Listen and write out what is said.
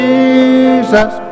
Jesus